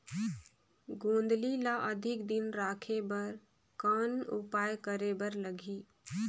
गोंदली ल अधिक दिन राखे बर कौन उपाय करे बर लगही?